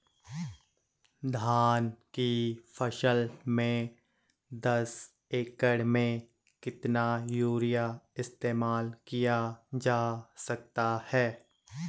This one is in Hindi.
धान की फसल में दस एकड़ में कितना यूरिया इस्तेमाल किया जा सकता है?